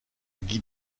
guy